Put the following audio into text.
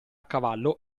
cavallo